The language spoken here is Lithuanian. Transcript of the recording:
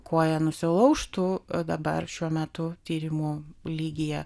koją nusilaužtų dabar šiuo metu tyrimo lygyje